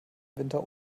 winter